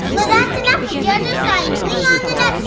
well that's enough of jojo slime. bring on the